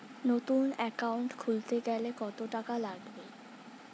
নতুন একাউন্ট খুলতে গেলে কত টাকা লাগবে?